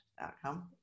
outcome